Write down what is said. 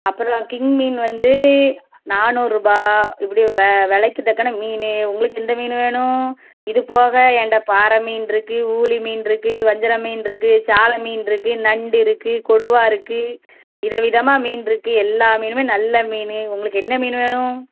அப்புறம் கிங் மீன் வந்து நானூறுபாய் இப்படி வ விலைக்கு தக்கண்ண மீன் உங்களுக்கு எந்த மீன் வேணும் இதுப்போக என்ட்ட பாறை மீன் இருக்குது ஊளி மீன் இருக்குது வஞ்சிர மீன் இருக்குது சால மீன் இருக்குது நண்டு இருக்குது கொடுவாய் இருக்குது வித விதமாக மீன் இருக்குது எல்லா மீனுமே நல்ல மீன் உங்களுக்கு என்ன மீன் வேணும்